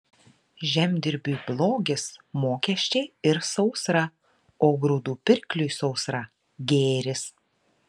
žemdirbiui blogis mokesčiai ir sausra o grūdų pirkliui sausra gėris